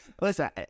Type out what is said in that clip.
Listen